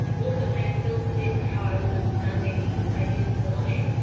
also kind of filtered in to how i was understanding these ideas of belonging,